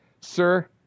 sir